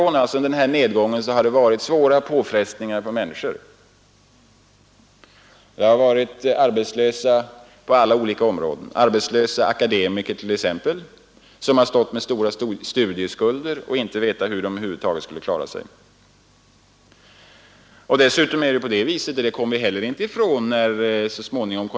Det har under denna nedgångsperiod varit svåra påfrestningar på människorna, t.ex. på arbetslösa akademiker som haft stora studieskulder och som över huvud taget inte vetat hur de skulle klara sig.